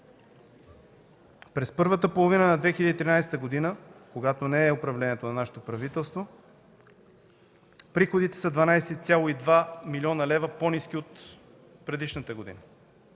през първата половина на 2013 г., когато не е управлението на нашето правителство, приходите са с 12,2 млн. лв. по-ниски от предишната година,